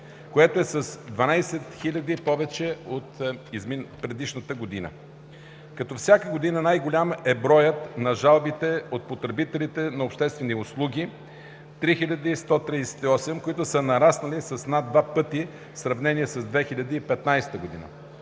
което е с 12 000 повече от предходната година. Както всяка година, най-голям е броят на жалбите от потребителите на обществени услуги – 3138, които са нараснали с над два пъти в сравнение с 2015 г.